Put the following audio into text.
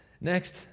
Next